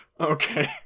okay